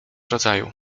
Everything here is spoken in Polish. rodzaju